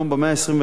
במאה ה-21,